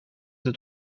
het